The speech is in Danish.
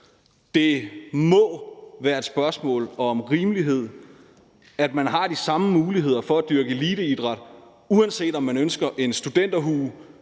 Det må være et spørgsmål om rimelighed, at man har de samme muligheder for at dyrke eliteidræt, uanset om man ønsker en studenterhue